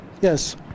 Yes